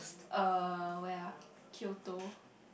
uh where ah Kyoto